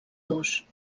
dos